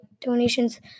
donations